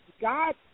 God